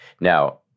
Now